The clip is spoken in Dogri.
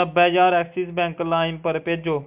नब्बै ज्हार एक्सिस बैंक लाइम पर भेजो